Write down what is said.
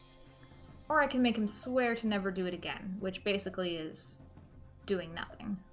or i can make him swear to never do it again which basically is doing nothing